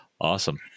Awesome